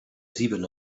sieben